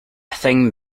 thing